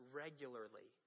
regularly